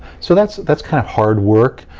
so that's that's kind of hard work,